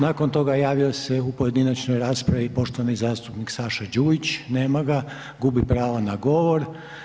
Nakon toga javio se u pojedinačnoj raspravi poštovani zastupnik Saša Đujić, nema ga, gubi pravo na govor.